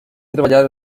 treballar